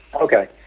Okay